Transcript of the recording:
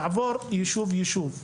אני מציע כך, לעבור ישוב ישוב.